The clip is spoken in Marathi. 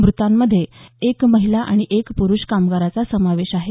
मृतांमध्ये एक महिला आणि एका पुरुष कामगाराचा समावेश आहे